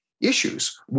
issues